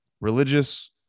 religious